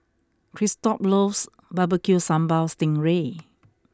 Christop loves Barbecue Sambal Sting Ray